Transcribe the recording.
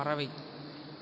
பறவை